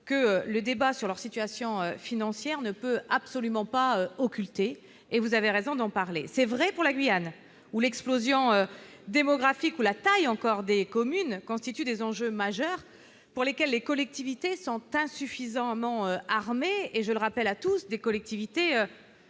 que le débat sur leur situation financière ne peut absolument pas, et vous avez raison d'en parler, c'est vrai pour la Guyane où l'explosion démographique ou la taille encore des communes constituent des enjeux majeurs pour lesquels les collectivités sont insuffisants, mon armée et je le rappelle à tous des collectivités